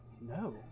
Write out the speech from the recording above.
No